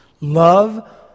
Love